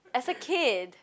as a kid